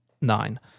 nine